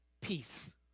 peace